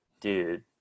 dude